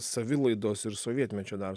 savilaidos ir sovietmečio dar